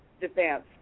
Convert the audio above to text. defense